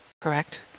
correct